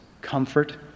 comfort